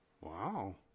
Wow